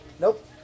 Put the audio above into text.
Nope